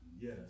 yes